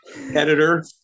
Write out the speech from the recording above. editor